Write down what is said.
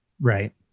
Right